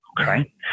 Okay